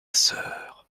sœur